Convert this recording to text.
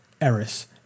Eris